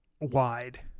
wide